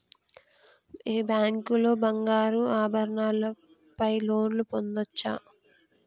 మీ bank లో బంగారు ఆభరణాల పై లోన్ పొందచ్చా?